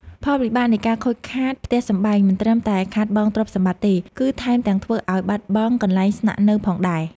ផលវិបាកនៃការខូចខាតផ្ទះសម្បែងមិនត្រឹមតែខាតបង់ទ្រព្យសម្បត្តិទេ គឺថែមទាំងធ្វើឱ្យបាត់បង់កន្លែងស្នាក់នៅផងដែរ។